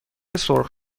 سرخ